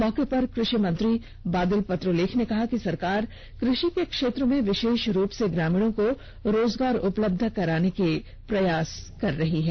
मौके पर कृषि मंत्री बादल पत्रलेख ने कहा कि सरकार कृषि के क्षेत्र में विशेष रूप से ग्रामीणों को रोजगार उपलब्ध कराने के लिए प्रयास कर रही है